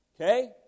okay